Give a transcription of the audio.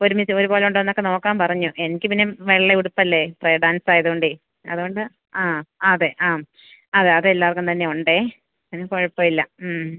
ഒരുമിച്ച് ഒരുപോലെയുണ്ടോ എന്നൊക്കെ നോക്കാന് പറഞ്ഞു എനിക്ക് പിന്നെ വെള്ളയുടുപ്പല്ലേ പ്രെയര് ഡാന്സായതുകൊണ്ട് അതുകൊണ്ട് ആ അതെ ആം അതെ അതെല്ലാവര്ക്കും തന്നെ ഉണ്ട് കുഴപ്പമില്ല മ്